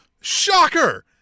shocker